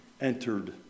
entered